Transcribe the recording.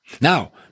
Now